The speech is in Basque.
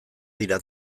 dira